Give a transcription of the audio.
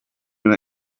when